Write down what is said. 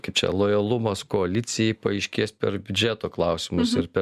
kaip čia lojalumas koalicijai paaiškės per biudžeto klausimus ir per